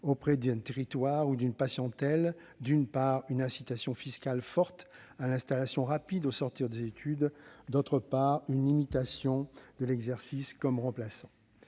au sein d'un territoire et auprès d'une patientèle : d'une part, une incitation fiscale forte à l'installation rapide au sortir des études, d'autre part, une limitation de l'exercice comme remplaçant.